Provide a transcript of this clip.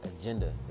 agenda